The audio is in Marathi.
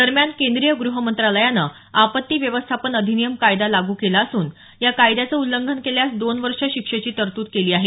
दरम्यान केंद्रीय ग्रहमंत्रालयानं आपत्ती व्यवस्थापन अधिनियम कायदा लागू केला असून या कायद्याचं उल्लंघन केल्यास दोन वर्ष शिक्षेची तरतुद केली आहे